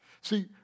See